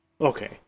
Okay